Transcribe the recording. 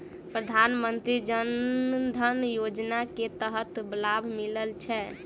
प्रधानमंत्री जनधन योजना मे केँ तरहक लाभ मिलय छै?